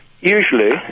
usually